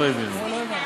לא הבנו, לא הבנו.